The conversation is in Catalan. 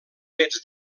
fets